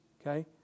okay